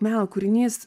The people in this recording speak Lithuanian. meno kūrinys